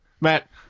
Matt